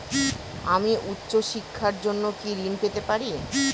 আমি উচ্চশিক্ষার জন্য কি ঋণ পেতে পারি?